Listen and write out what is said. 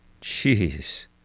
Jeez